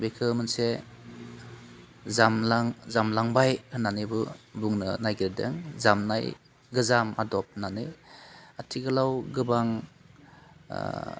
बेखो मोनसे जामलां जामलांबाय होन्नानैबो बुनो नागिरदों जामनाय गोजाम आदब होन्नानै आथिखालाव गोबां